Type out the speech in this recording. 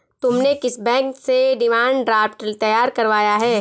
तुमने किस बैंक से डिमांड ड्राफ्ट तैयार करवाया है?